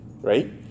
right